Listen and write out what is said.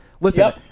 Listen